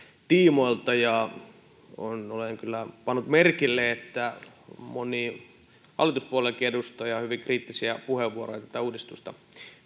tiimoilta ja olen kyllä pannut merkille että moni hallituspuolueidenkin edustaja on käyttänyt hyvin kriittisiä puheenvuoroja tätä uudistusta